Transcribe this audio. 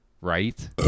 right